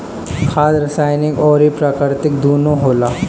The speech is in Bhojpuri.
खाद रासायनिक अउर प्राकृतिक दूनो होला